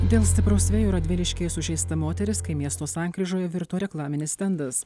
dėl stipraus vėjo radviliškyje sužeista moteris kai miesto sankryžoje virto reklaminis stendas